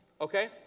Okay